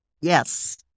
Yes